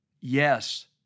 Yes